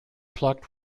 plucked